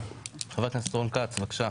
חבר הכנסת רון כץ, בקשה.